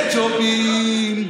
וג'ובים,